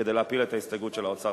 כדי להפיל את ההסתייגות של האוצר.